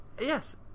Yes